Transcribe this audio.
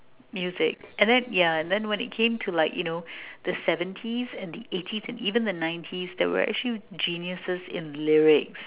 music and then ya and then when it came to like you know the seventies and the eighties and even the nineties there were actually geniuses in lyrics